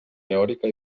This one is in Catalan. teòrica